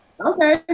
Okay